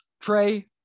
Trey